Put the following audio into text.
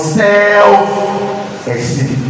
self-esteem